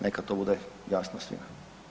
Neka to bude jasno svima.